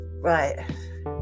Right